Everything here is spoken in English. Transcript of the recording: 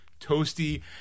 toasty